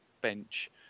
bench